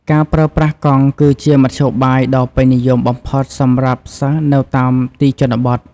ការប្រើប្រាស់កង់គឺជាមធ្យោបាយដ៏ពេញនិយមបំផុតសម្រាប់សិស្សនៅតាមទីជនបទ។